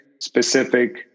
specific